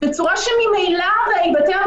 אני אבקש מעו"ד נעמה סלע להציג אחריי את הסוגיות